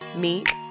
Meet